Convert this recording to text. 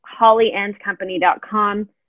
hollyandcompany.com